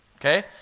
Okay